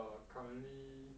err currently